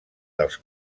dels